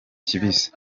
kibisi